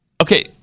Okay